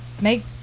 make